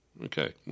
Okay